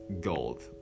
gold